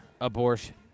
abortion